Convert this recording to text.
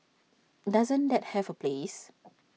doesn't that have A place